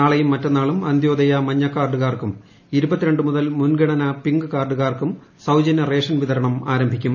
നാളെയും മറ്റന്നാളും അന്ത്യോദയ മഞ്ഞക്കാർഡുകാർക്കും മുതൽ മുൻഗണനാ പിങ്ക് കാർഡുകാർക്കും സൌജന്യ റേഷൻ വിതരണം ആരംഭിക്കും